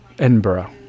Edinburgh